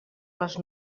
les